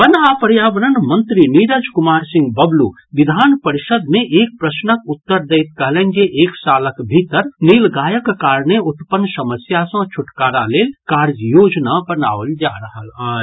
वन आ पर्यावरण मंत्री नीरज कुमार सिंह बबलू विधान परिषद् मे एक प्रश्नक उत्तर दैत कहलनि जे एक सालक भीतर नीलगायक कारणे उत्पन्न समस्या सँ छुटकारा लेल कार्य योजना बनाओल जा रहल अछि